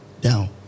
down